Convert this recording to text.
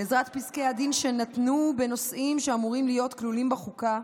בעזרת פסקי הדין שנתנו בנושאים שאמורים להיות כלולים בחוקה,